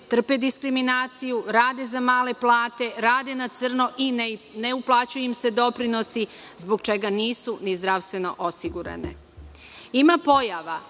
trpe diskriminaciju, rade za male plate, rade na crno i ne uplaćuje im se doprinos zbog čega nisu ni zdravstveno osigurane. Ima